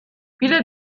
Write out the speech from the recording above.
viele